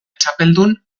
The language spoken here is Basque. txapeldun